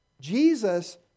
Jesus